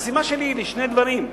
החסימה שלי היא לשני דברים.